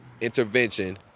intervention